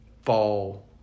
fall